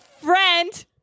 friend